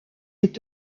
est